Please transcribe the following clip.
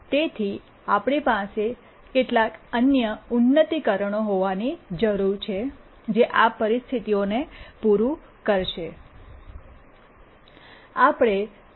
તેથી આપણી પાસે કેટલાક અન્ય ઉન્નતીકરણો હોવાની જરૂર છે જે આ પરિસ્થિતિઓને પૂરી કરશે